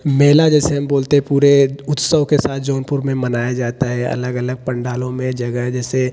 मेला जैसे हम बोलते हैं पूरे उत्सव के साथ जौनपुर में मनाया जाता है अलग अलग पंडालों में जगह हैं जैसे